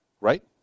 Right